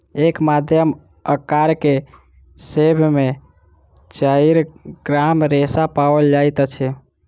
एक मध्यम अकार के सेब में चाइर ग्राम रेशा पाओल जाइत अछि